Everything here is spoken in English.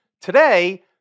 Today